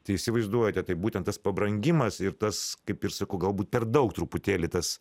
tai įsivaizduojate tai būtent tas pabrangimas ir tas kaip ir sakau galbūt per daug truputėlį tas